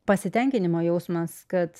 pasitenkinimo jausmas kad